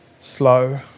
slow